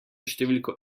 številko